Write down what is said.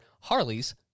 Harley's